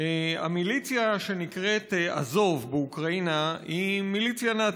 המיליציה שנקראת "אזוב" באוקראינה היא מיליציה נאצית.